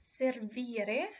servire